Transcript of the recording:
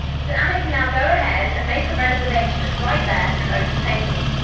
so amit can now go ahead and make a reservation right there through open table.